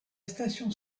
station